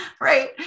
right